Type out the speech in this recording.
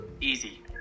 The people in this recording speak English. Easy